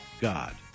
God